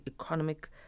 economic